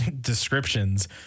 descriptions